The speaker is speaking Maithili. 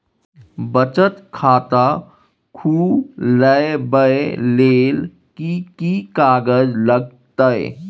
बचत खाता खुलैबै ले कि की कागज लागतै?